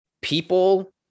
People